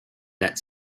that